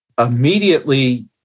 immediately